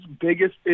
biggest